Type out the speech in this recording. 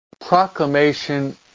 proclamation